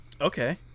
Okay